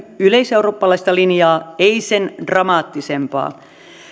yleiseurooppalaista linjaa ei sen dramaattisempaa